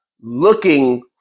looking